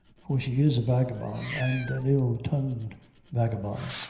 for she is a vagabond, and an ill-tongued vagabond.